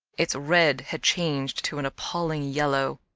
its red had changed to an appalling yellow.